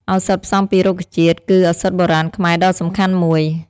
ឱសថផ្សំពីរុក្ខជាតិគឺឱសថបុរាណខ្មែរដ៏សំខាន់មួយ។